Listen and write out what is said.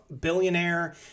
billionaire